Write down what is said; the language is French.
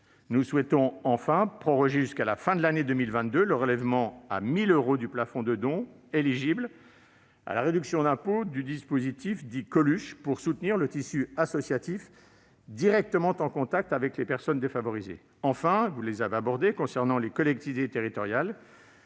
Nous souhaitons également proroger jusqu'à la fin de l'année 2022 le relèvement à 1 000 euros du plafond des dons éligibles à la réduction d'impôt du dispositif dit Coluche pour soutenir le tissu associatif directement en contact avec les personnes défavorisées. Enfin, à propos des collectivités territoriales,